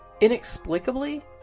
Inexplicably